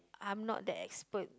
I'm not that expert